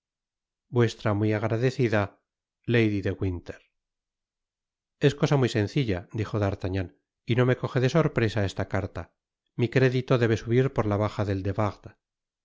vuestra muy agradecida lady de winter es cosa muy sencitla dijo d'artagnan y no me coje de sorpresa esta caria mi crédito debe subir por la baja del de